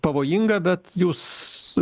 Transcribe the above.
pavojinga bet jūs